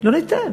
לא ניתן.